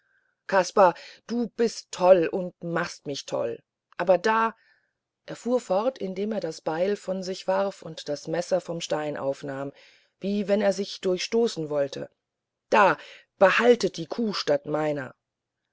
kaspar du bist toll und machst mich toll aber da fuhr er fort indem er das beil von sich warf und das messer vom steine aufnahm wie wenn er sich durchstoßen wollte da behalte die kuh statt meiner